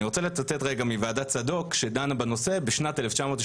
אני רוצה לצטט מוועדת צדוק שדנה בנושא בשנת 1992,